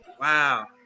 Wow